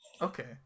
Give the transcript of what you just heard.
okay